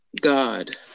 God